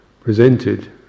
presented